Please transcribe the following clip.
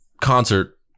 concert